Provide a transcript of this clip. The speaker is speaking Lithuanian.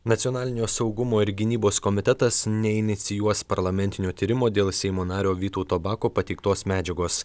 nacionalinio saugumo ir gynybos komitetas neinicijuos parlamentinio tyrimo dėl seimo nario vytauto bako pateiktos medžiagos